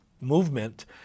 movement